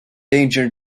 danger